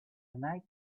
night